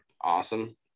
awesome